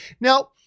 Now